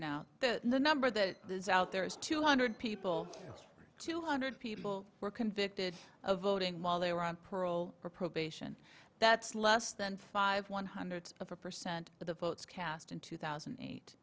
now the number that is out there is two hundred people two hundred people were convicted of voting while they were on parole or probation that's less than five one hundred of a percent of the votes cast in two thousand and eight